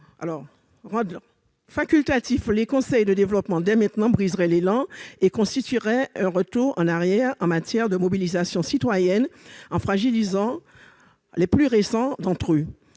Rendre facultatifs ces conseils dès maintenant briserait l'élan et constituerait un retour en arrière en matière de mobilisation citoyenne, en fragilisant les plus récents d'entre eux,